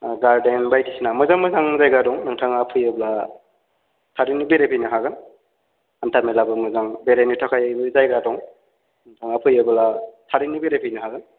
garden बायदिसिना मोजां मोजां जायगा दं नोंथाङा फैयोब्ला थाबैनो बेरायफैनो हागोन हान्था मेलाबो मोजां बेरायनो थाखायबो जायगा दं नोंथाङा फैयोब्ला थाबैनो बेरायफैनो हागोन